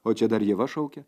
o čia dar ieva šaukia